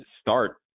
start